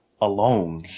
alone